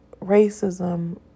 racism